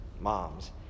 moms